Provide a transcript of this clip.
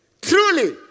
Truly